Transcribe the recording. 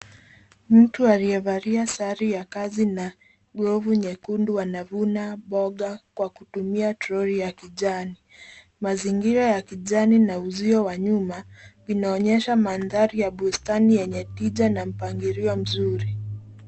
Mtu aliyevalia sare ya kazi na glovu nyekundu anavuna mboga kwa kutumia troli ya kijani. Mazingira ya kijani na uzio wa nyuma inaonyesha mandhari ya bustani yenye kija na mpangilio mzuri.